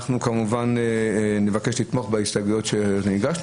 אנחנו כמובן נבקש לתמוך בהסתייגויות שהגשנו,